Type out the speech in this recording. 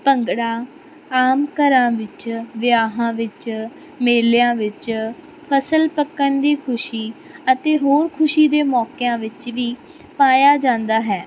ਭੰਗੜਾ ਆਮ ਘਰਾਂ ਵਿੱਚ ਵਿਆਹਾਂ ਵਿੱਚ ਮੇਲਿਆਂ ਵਿੱਚ ਫ਼ਸਲ ਪੱਕਣ ਦੀ ਖੁਸ਼ੀ ਅਤੇ ਹੋਰ ਖੁਸ਼ੀ ਦੇ ਮੌਕਿਆਂ ਵਿੱਚ ਵੀ ਪਾਇਆ ਜਾਂਦਾ ਹੈ